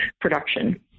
production